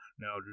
Now